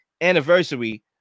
anniversary